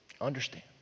understand